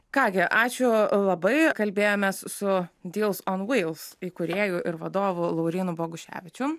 ką gi ačiū labai kalbėjomės su dyls on vyls įkūrėju ir vadovu laurynu boguševičium